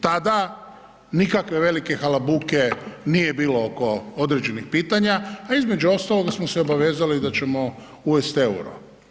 Tada nikakve velike halabuke nije bilo oko određenih pitanja, a između ostaloga smo se obavezali da ćemo uvesti EUR-o.